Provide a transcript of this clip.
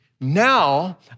Now